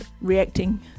reacting